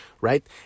right